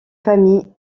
famille